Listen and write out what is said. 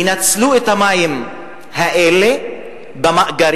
יאספו את המים האלה במאגרים,